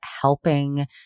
helping